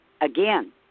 again